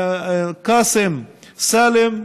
קאסם סאלם,